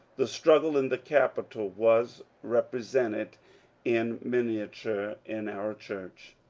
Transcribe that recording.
the struggle in the capitol was represented in minia ture in our church.